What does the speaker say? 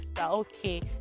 okay